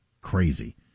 crazy